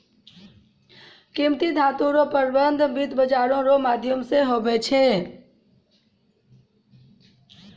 कीमती धातू रो प्रबन्ध वित्त बाजारो रो माध्यम से हुवै छै